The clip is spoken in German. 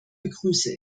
begrüße